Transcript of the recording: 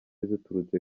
ziturutse